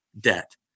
debt